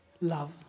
love